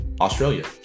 Australia